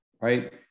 right